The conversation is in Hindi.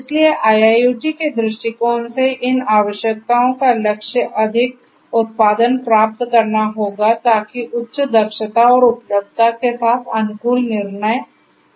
इसलिए IIoT के दृष्टिकोण से इन आवश्यकताओं का लक्ष्य अधिक उत्पादन प्राप्त करना होगा ताकि उच्च दक्षता और उपलब्धता के साथ अनुकूलित निर्णय संभव हो सकें